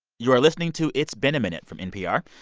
you're listening to it's been a minute from npr,